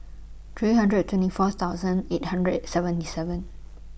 three hundred and twenty four thousand eight hundred and seventy seven